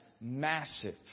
massive